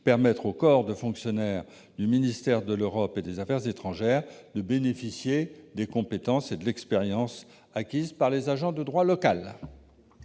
permettre aux corps de fonctionnaires du ministère de l'Europe et des affaires étrangères de bénéficier des compétences des agents de droit local